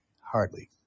Hardly